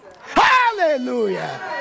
Hallelujah